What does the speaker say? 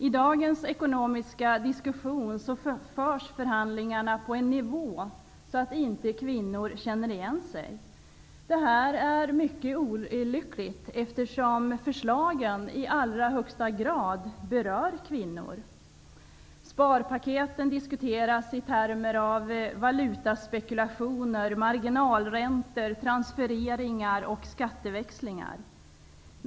I dagens ekonomiska diskussion förs förhandlingarna på en sådan nivå att kvinnor inte känner igen sig. Det är mycket olyckligt eftersom förslagen i allra högsta grad berör kvinnor. Sparpaketen diskuteras i termer av valutaspekulationer, marginalräntor, transfereringar och skatteväxlingar.